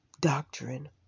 doctrine